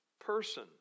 person